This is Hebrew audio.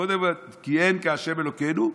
קודם "כי אין כה' אלקינו",